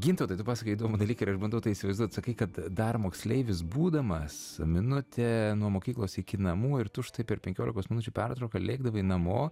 gintautai tu pasakojai įdomų dalyką ir aš bandau tai įsivaizduot sakai kad dar moksleivis būdamas minutę nuo mokyklos iki namų ir tu štai per penkiolikos minučių pertrauką lėkdavai namo